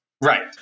right